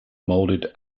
molded